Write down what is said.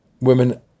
women